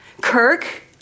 Kirk